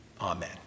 Amen